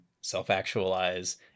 self-actualize